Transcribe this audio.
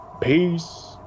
peace